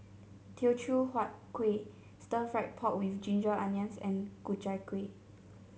Teochew Huat Kuih Stir Fried Pork with Ginger Onions and Ku Chai Kuih